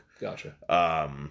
Gotcha